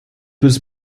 was